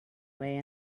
way